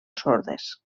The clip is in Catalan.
sordes